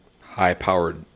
high-powered